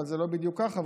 אבל זה לא בדיוק ככה,